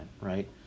right